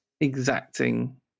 exacting